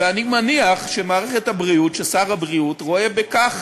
ואני מניח שמערכת הבריאות, שר הבריאות רואה בכך